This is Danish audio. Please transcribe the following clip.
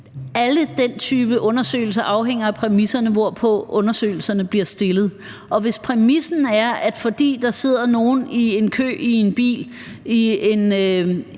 alle den type undersøgelser afhænger af præmisserne, hvorpå de bliver lavet, og hvis præmissen er, at der sidder nogle i en kø i en bil